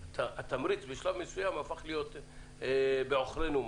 להיות בעוכרנו.